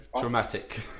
dramatic